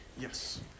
Yes